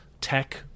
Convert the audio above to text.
tech